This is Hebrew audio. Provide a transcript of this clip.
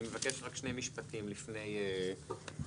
אני מבקש לומר שני משפטים לפני ההקראה.